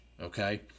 okay